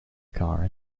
car